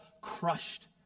crushed